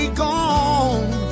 gone